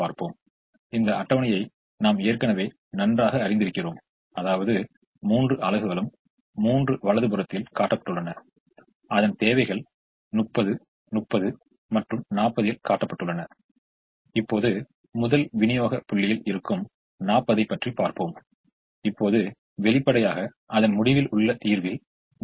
இப்போது இந்த ஒதுக்கப்படாத நிலையை 1 2 என்று எடுத்துக்கொள்வோம் இதில் ஏதாவது ஒன்றை வைக்க விரும்புகிறோம் என்று வைத்துக்கொள்ளவோம் இதில் ஏதாவது ஒன்றை வைக்க விரும்பினால் இதில் a 1 ஐ வைக்கிறோம் என்று வைத்துக்கொள்ளலாம் இப்போது விநியோககிப்பதற்கு 40 க்கு பதிலாக 41 உள்ளது என்று நான் நினைக்கிறன்